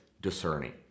discerning